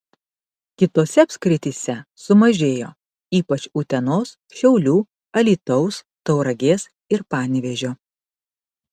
kitose apskrityse sumažėjo ypač utenos šiaulių alytaus tauragės ir panevėžio